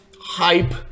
hype